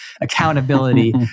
accountability